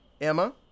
Emma